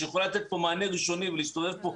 שיכולה לתת פה מענה ראשוני ולהסתובב פה,